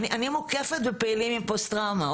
אני מוקפת בפעילים עם פוסט טראומה,